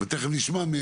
תכף נשמע.